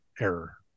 error